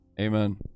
Amen